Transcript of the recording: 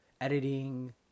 editing